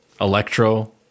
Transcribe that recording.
Electro